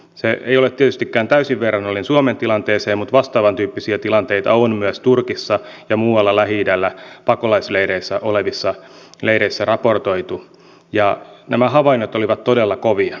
se ei ole tietystikään täysin verrannollinen suomen tilanteeseen mutta vastaavan tyyppisiä tilanteita on myös turkissa ja muualla lähi idässä olevissa pakolaisleireissä raportoitu ja nämä havainnot olivat todella kovia